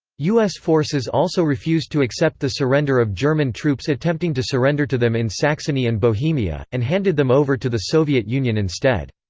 u s. forces also refused to accept the surrender of german troops attempting to surrender to them in saxony and bohemia, and handed them over to the soviet union instead.